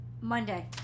monday